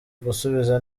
gusubiza